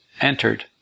entered